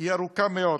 היא ארוכה מאוד,